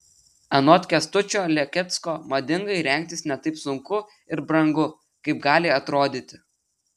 anot kęstučio lekecko madingai rengtis ne taip sunku ir brangu kaip gali atrodyti